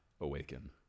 awaken